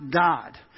God